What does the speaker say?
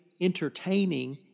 entertaining